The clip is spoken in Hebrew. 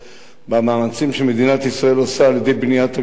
במאמצים שמדינת ישראל עושה על-ידי בניית הגדר,